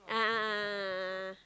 a'ah a'ah a'ah a'ah